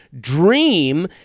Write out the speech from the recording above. Dream